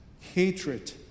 hatred